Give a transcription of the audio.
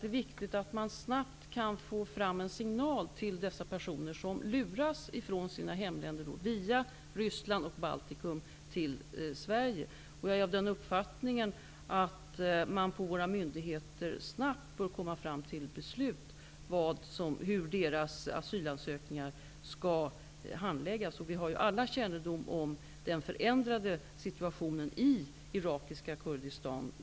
Det är viktigt att man snabbt kan få fram en signal till de personer som luras ifrån sina hemländer via Ryssland och Baltikum till Sverige. Jag är av den uppfattningen att våra myndigheter snabbt bör komma fram till ett beslut om hur flyktingarnas asylansökningar skall handläggas. Vi har ju alla kännedom om den förändrade situationen i irakiska Kurdistan.